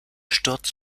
sturz